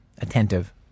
attentive